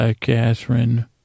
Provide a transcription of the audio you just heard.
Catherine